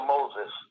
Moses